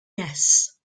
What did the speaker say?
yes